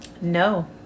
no